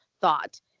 thought